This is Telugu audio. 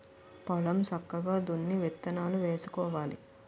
పొలం సక్కగా దున్ని విత్తనాలు వేసుకోవాలి